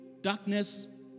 darkness